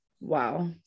wow